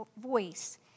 voice